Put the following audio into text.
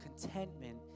contentment